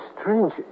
strange